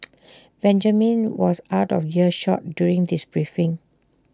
Benjamin was out of earshot during this briefing